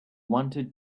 wanted